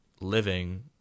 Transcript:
living